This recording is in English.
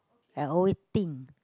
I always think